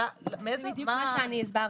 זה בדיוק מה שהסברתי.